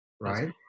right